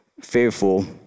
Fearful